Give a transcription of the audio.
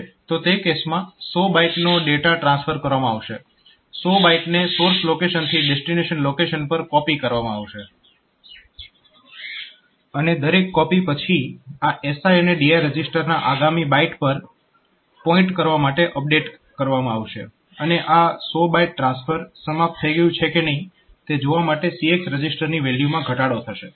તો તે કેસમાં 100 બાઈટનો ડેટા ટ્રાન્સફર કરવામાં આવશે 100 બાઈટને સોર્સ લોકેશનથી ડેસ્ટીનેશન લોકેશન પર કોપી કરવામાં આવશે અને દરેક કોપી પછી આ SI અને DI રજીસ્ટર્સને આગામી બાઈટ પર પોઇન્ટ કરવા માટે અપડેટ કરવામાં આવશે અને આ 100 બાઈટ ટ્રાન્સફર સમાપ્ત થઈ ગયું છે કે નહીં તે જોવા માટે CX રજીસ્ટરની વેલ્યુમાં ઘટાડો થશે